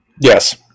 Yes